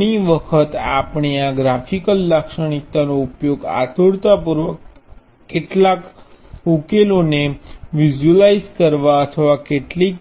ઘણી વખત આપણે આ ગ્રાફિકલ લાક્ષણિકતાનો ઉપયોગ આતુરતાપૂર્વક કેટલાક ઉકેલોને વિઝ્યુઅલાઈઝ કરવા અથવા કેટલીક